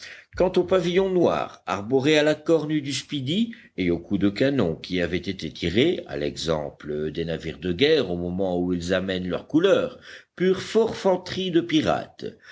quant au pavillon noir arboré à la corne du speedy et au coup de canon qui avait été tiré à l'exemple des navires de guerre au moment où ils amènent leurs couleurs pure forfanterie de pirates